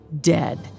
dead